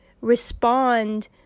respond